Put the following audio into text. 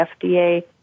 FDA